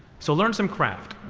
so learn some craft.